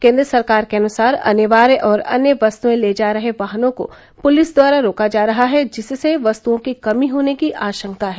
केन्द्र सरकार के अनुसार अनिवार्य और अन्य वस्तुए ले जा रहे वाहनों को पुलिस द्वारा रोका जा रहा है जिससे वस्तुओं की कमी होने की आशंका है